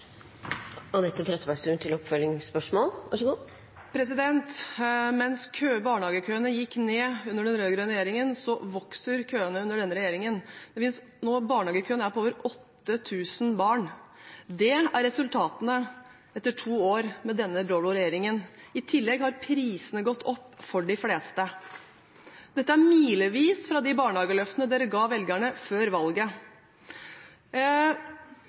Mens barnehagekøene gikk ned under den rød-grønne regjeringen, vokser køene under denne regjeringen. Barnehagekøen er nå på over 8 000 barn. Det er resultatene etter to år med denne blå-blå regjeringen. I tillegg har prisene gått opp for de fleste. Dette er milevis fra de barnehageløftene de ga velgerne før valget.